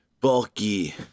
Bulky